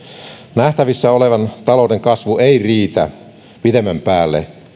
nähtävissä oleva talouden kasvu ei riitä pitemmän päälle